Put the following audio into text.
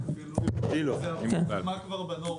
זה נכנס כבר לנורמה.